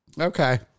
okay